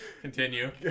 Continue